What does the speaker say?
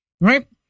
right